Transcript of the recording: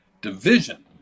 division